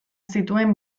zituen